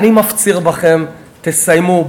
אני מפציר בכם: תסיימו,